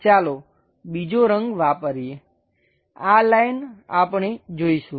ચાલો બીજો રંગ વાપરીએ આ લાઈન આપણે જોઈશું